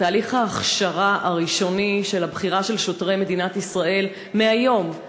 בתהליך ההכשרה הראשוני של הבחירה של שוטרי מדינת ישראל מהיום,